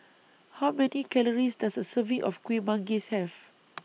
How Many Calories Does A Serving of Kuih Manggis Have